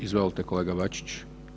Izvolite kolega Bačić.